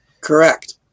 Correct